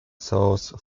source